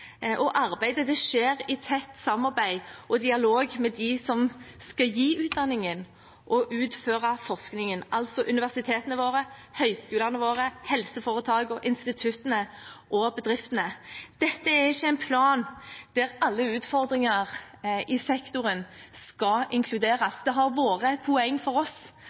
og arbeidet skjer i tett samarbeid og dialog med dem som skal gi utdanningen og utføre forskningen – universitetene og høyskolene våre, helseforetakene, instituttene og bedriftene. Dette er ikke en plan der alle utfordringer i sektoren skal inkluderes. Det har vært et poeng for oss